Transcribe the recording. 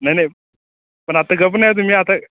नाही नाही पण आता गप्प नाही तुम्ही आता